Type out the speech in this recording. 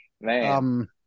man